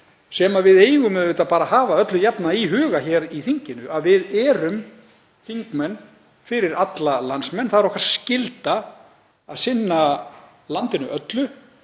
sem við eigum auðvitað að hafa jafnan í huga hér í þinginu, að við erum þingmenn fyrir alla landsmenn, það er okkar skylda að sinna landinu öllu,